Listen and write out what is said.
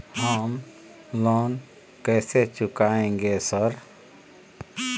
हम लोन कैसे चुकाएंगे सर?